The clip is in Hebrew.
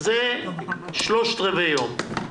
זה שלושת רבעי יום,